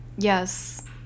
Yes